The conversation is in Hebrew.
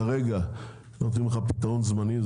כרגע נותנים לך פתרון זמני,